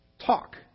talk